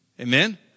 Amen